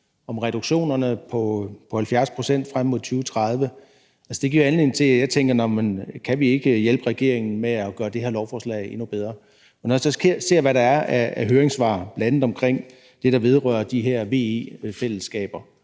om reduktionerne på 70 pct. frem mod 2030, giver mig jo anledning til at tænke, om ikke vi kan hjælpe regeringen med at gøre det her lovforslag endnu bedre. Når jeg så ser, hvad der er af høringssvar, bl.a. om det, der vedrører de her VE-fællesskaber,